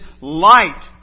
light